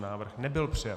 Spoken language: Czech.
Návrh nebyl přijat.